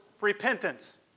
repentance